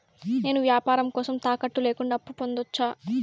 నేను వ్యాపారం కోసం తాకట్టు లేకుండా అప్పు పొందొచ్చా?